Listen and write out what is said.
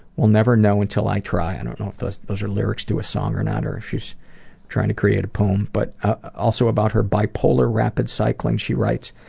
will never know until i try. i and don't know if those those are lyrics to a song or not, or if she is trying to create a poem, but ah also about her bipolar rapid cycling she writes,